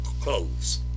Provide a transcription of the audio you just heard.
close